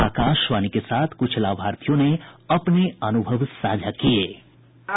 आकाशवाणी के साथ कुछ लाभार्थियों ने अपने अनुभव साझा किये